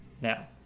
now